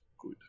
good